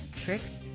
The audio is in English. tricks